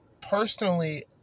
personally